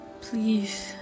please